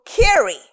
carry